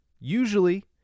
usually